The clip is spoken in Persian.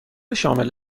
شامل